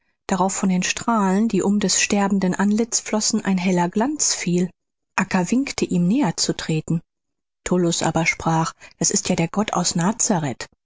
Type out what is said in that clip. darauf von den strahlen die um des sterbenden antlitz flossen ein heller glanz fiel acca winkte ihm näher zu treten tullus aber sprach das ist ja der gott aus